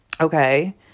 okay